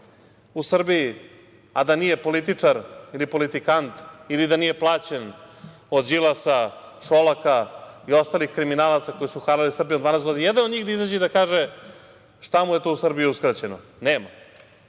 u Srbiji, a da nije političar ili politikant ili da nije plaćen od Đilasa, Šolaka i ostalih kriminalaca koji su harali Srbijom 12 godina, ni jedan od njih da izađe i da kaže šta mu je to u Srbiji uskraćeno. Nema. Kada